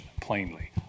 plainly